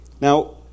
Now